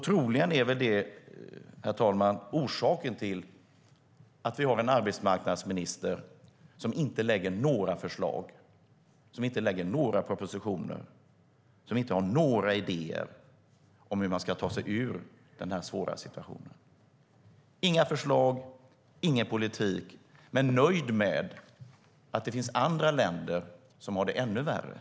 Troligen är det orsaken till att arbetsmarknadsministern inte lägger fram några förslag och propositioner eller har några idéer om hur vi ska ta oss ur denna svåra situation. Ministern har inga förslag och ingen politik utan är nöjd med att det finns andra länder som har det ännu värre.